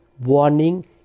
warning